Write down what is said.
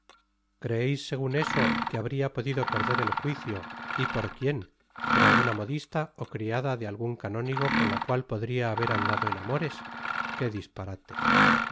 creeis segun eso que habria podido perder el juicio y por quien i por alguna modista ó criada de algun canónigo con la cual podría haber andado en amores que disparate